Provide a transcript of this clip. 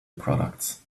products